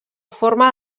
forma